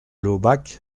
laubach